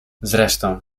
zresztą